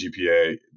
gpa